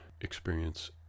experience